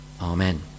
Amen